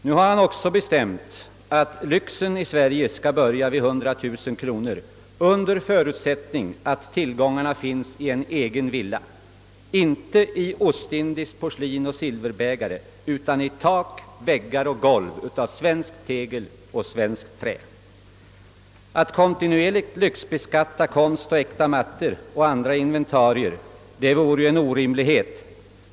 Nu har han också bestämt att lyxen i Sverige skall börja vid 100 000 kronor under förutsättning att tillgångarna finns i en egen villa, inte i ostindiskt porslin och silverbägare utan i tak, väggar och golv av svenskt tegel och svenskt trä. Att kontinuerligt lyxbeskatta konst, äkta mattor och andra inventarier är ju orimligt.